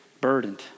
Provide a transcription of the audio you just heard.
burdened